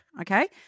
Okay